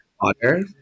water